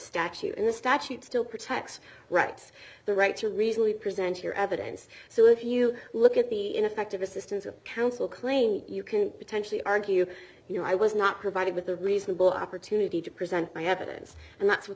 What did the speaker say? statute and the statute still protects rights the right to reasonably present your evidence so if you look at the ineffective assistance of counsel claim you can't potentially argue you know i was not provided with a reasonable opportunity to present i have it and that's w